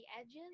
edges